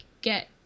get